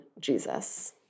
Jesus